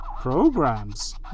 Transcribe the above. programs